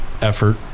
effort